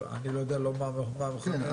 אני לא יודע לומר על מה המכנה ומה ציפית.